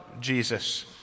Jesus